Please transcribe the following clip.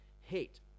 hate